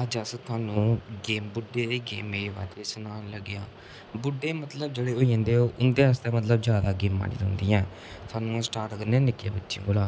अज्ज अस तोआनूं गेम बुड्ढें दी गेमें दे बारे च सनान लगे आं बुड्डे मतलब जेह्ड़े होई जंदे ओह् उं'दे आस्तै मतलब जादा गेमां निं रौंह्दियां ऐ सानूं स्टार्ट करने आं निक्के बच्चें कोला